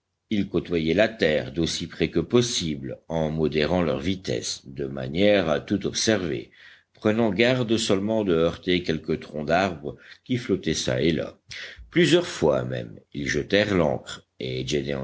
ils côtoyaient la terre d'aussi près que possible en modérant leur vitesse de manière à tout observer prenant garde seulement de heurter quelques troncs d'arbres qui flottaient çà et là plusieurs fois même ils jetèrent l'ancre et